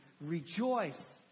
rejoice